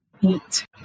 eat